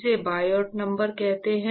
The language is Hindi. इसे बायोट नंबर कहते हैं